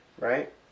right